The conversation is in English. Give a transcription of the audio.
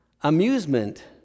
amusement